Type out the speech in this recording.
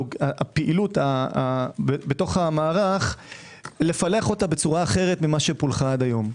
הפעילות בתוך המערך לפלח אותה בצורה אחרת ממה שפולחה עד היום.